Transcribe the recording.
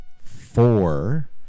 four